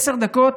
בעשר דקות,